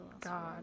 god